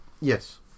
Yes